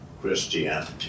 christianity